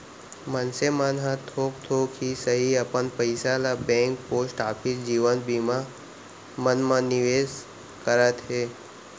मनसे मन ह थोक थोक ही सही अपन पइसा ल बेंक, पोस्ट ऑफिस, जीवन बीमा मन म निवेस करत हे